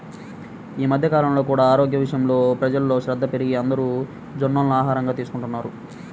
ఈ మధ్య కాలంలో కూడా ఆరోగ్యం విషయంలో ప్రజల్లో శ్రద్ధ పెరిగి అందరూ జొన్నలను ఆహారంగా తీసుకుంటున్నారు